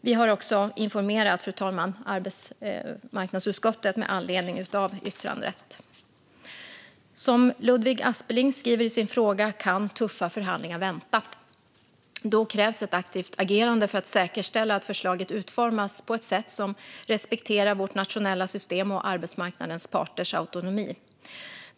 Vi har också, fru talman, informerat arbetsmarknadsutskottet med anledning av yttrandet. Som Ludvig Aspling skrivit i sin fråga kan tuffa förhandlingar vänta. Då krävs ett aktivt agerande för att säkerställa att förslaget utformas på ett sätt som respekterar vårt nationella system och arbetsmarknadens parters autonomi.